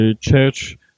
church